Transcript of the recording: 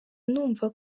numva